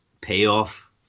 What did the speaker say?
payoff